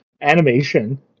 animation